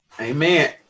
Amen